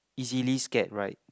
easily scared right